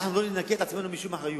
אנחנו לא ננקה את עצמנו משום אחריות.